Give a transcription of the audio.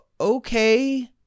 okay